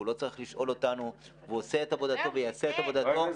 הוא לא צריך לשאול אותנו והוא עושה את עבודתו ויעשה את עבודתו.